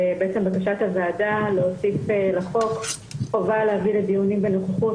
בעצם בקשת הוועדה להוסיף לחוק חובה להביא לדיונים בנוכחות